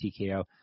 TKO